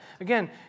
Again